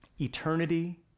eternity